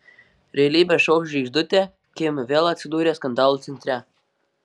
realybės šou žvaigždutė kim vėl atsidūrė skandalų centre